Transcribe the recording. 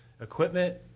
equipment